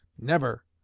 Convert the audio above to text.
never!